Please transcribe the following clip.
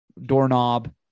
doorknob